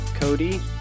Cody